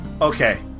Okay